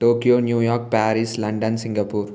Tokyo New York Paris London Singapore